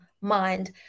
mind